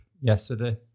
yesterday